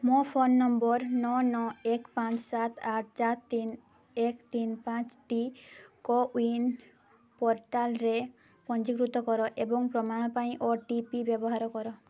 ମୋ phone number ନଅ ନଅ ଏକ ପାଞ୍ଚ ସାତ ଆଠ ଚାର ତିନ ଏକ ତିନ ପାଞ୍ଚଟି କୋୱିନ୍ ପୋର୍ଟାଲ୍ରେ ପଞ୍ଜୀକୃତ କର ଏବଂ ପ୍ରମାଣ ପାଇଁ ଓ ଟି ପି ବ୍ୟବହାର କର